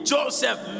Joseph